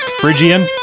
Phrygian